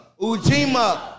Ujima